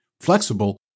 flexible